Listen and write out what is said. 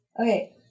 Okay